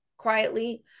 Quietly